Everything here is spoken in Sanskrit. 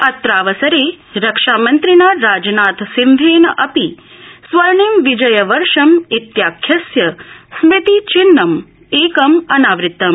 अत्रावसरे रक्षामन्त्रिणा राजनाथ सिंहेन अपि स्वर्णिम विजय वर्षम् इत्याख्यस्य स्मृतिचिन्हं एकम् अनावृतम्